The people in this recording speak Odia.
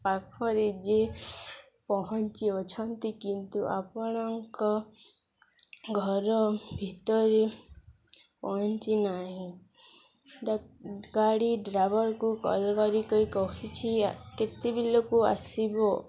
ପାଖରେ ଯିଏ ପହଞ୍ଚି ଅଛନ୍ତି କିନ୍ତୁ ଆପଣଙ୍କ ଘର ଭିତରେ ପହଞ୍ଚି ନାହିଁ ଗାଡ଼ି ଡ୍ରାଇଭରକୁ କଲ୍ କରିକି କହିଛି କେତେବେଳକୁ ଆସିବ